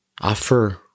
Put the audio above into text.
Offer